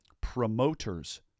promoters